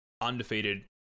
undefeated